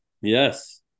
Yes